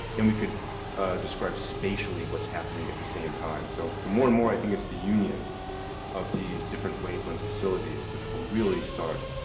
then we can describe spatialy what's happening at the same time. so more and more i think it's the union of these different wave length facilities which will really start